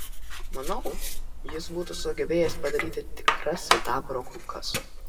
manau jis būtų sugebėjęs padaryti tikras sidabro kulkas